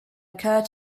occur